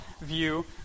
view